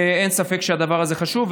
אין ספק שהדבר הזה חשוב.